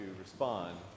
respond